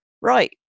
Right